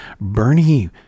Bernie